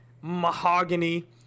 Mahogany